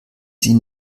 sie